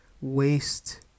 waste